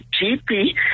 GP